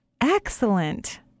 Excellent